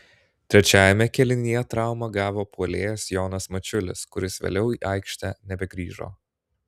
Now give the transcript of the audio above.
trečiajame kėlinyje traumą gavo puolėjas jonas mačiulis kuris vėliau į aikštę nebegrįžo